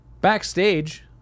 Backstage